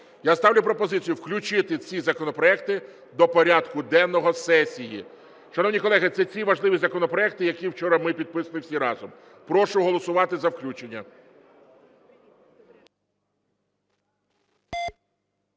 Я ставлю пропозицію включити ці законопроекти до порядку денного сесії. Шановні колеги, це ці важливі законопроекти, які вчора ми підписували всі разом. Прошу голосувати за включення.